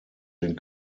den